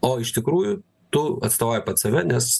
o iš tikrųjų tu atstovauji pats save nes